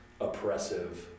oppressive